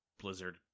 Blizzard